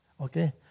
Okay